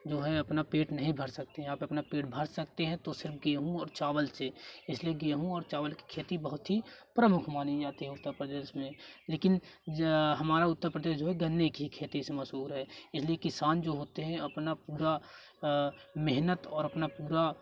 जो है अपना पेट नहीं भर सकती आप आप अपना पेट भर सकते हैं तो सिर्फ गेहूँ और चावल से इसलिए गेहूँ और चावल कि खेत बहुत ही प्रमुख मानी जाती उत्तर प्रदेश में लेकिन जहाँ हमारा उत्तर प्रदेश है गन्ने कि खेती से मशहूर है इसलिए किसान जो होते हैं अपना पूरा मेहनत और अपना पूरा